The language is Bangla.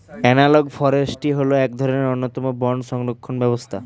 অ্যানালগ ফরেস্ট্রি হল এক অন্যতম বন সংরক্ষণ ব্যবস্থা